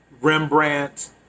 Rembrandt